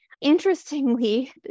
Interestingly